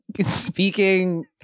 speaking